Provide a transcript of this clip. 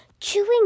chewing